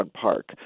park